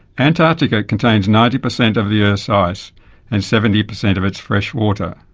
antarctica contains ninety percent of the earth's ice and seventy percent of its fresh water.